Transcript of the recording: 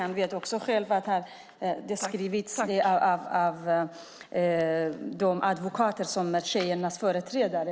Han vet också vad som har skrivits av de advokater som är tjejernas företrädare.